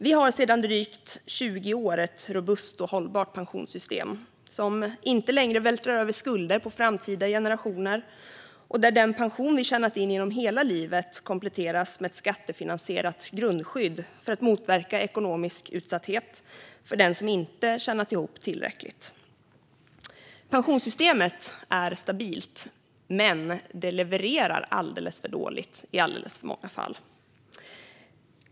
Vi har sedan drygt 20 år ett robust och hållbart pensionssystem som inte längre vältrar över skulder på framtida generationer och där den pensionen vi tjänat in genom hela livet kompletteras med ett skattefinansierat grundskydd för att motverka ekonomisk utsatthet för den som inte tjänat ihop tillräckligt. Pensionssystemet är stabilt, men det levererar för dåligt i alldeles för många fall.